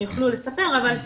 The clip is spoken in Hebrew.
הם יוכלו לספר על כך,